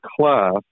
class